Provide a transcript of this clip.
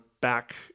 back